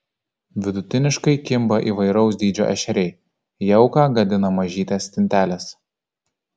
vidutiniškai kimba įvairaus dydžio ešeriai jauką gadina mažytės stintelės